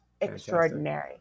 extraordinary